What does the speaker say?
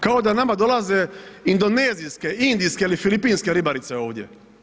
Kao da nama dolaze indonezijske, indijske ili filipinske ribarice ovdje.